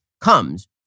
comes